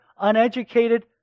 uneducated